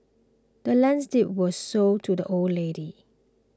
the land's deed was sold to the old lady